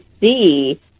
see